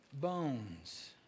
bones